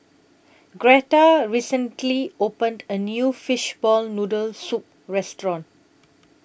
Gretta recently opened A New Fishball Noodle Soup Restaurant